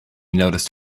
noticed